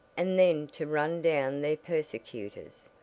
and then to run down their persecutors,